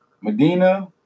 Medina